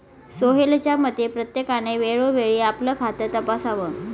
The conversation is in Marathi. सोहेलच्या मते, प्रत्येकाने वेळोवेळी आपलं खातं तपासावं